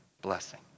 blessing